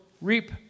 reap